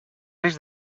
risc